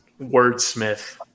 wordsmith